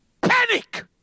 panic